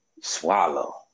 swallow